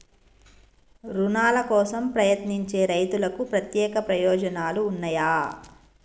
రుణాల కోసం ప్రయత్నించే రైతులకు ప్రత్యేక ప్రయోజనాలు ఉన్నయా?